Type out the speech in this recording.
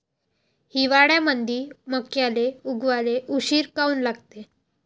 हिवाळ्यामंदी मक्याले उगवाले उशीर काऊन लागते?